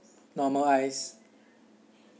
normal ice